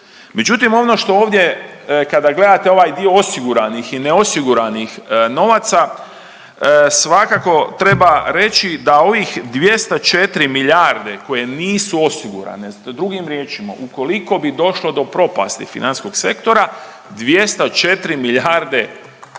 Međutim ono što ovdje kada gledate ovaj dio osiguranih i neosiguranih novaca, svakako treba reći da ovih 204 milijarde koje nisu osigurane, drugim riječima, ukoliko bi došlo do propasti financijskog sektora, 204 milijarde